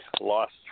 lost